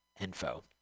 info